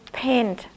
paint